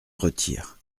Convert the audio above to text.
retire